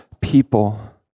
people